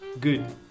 good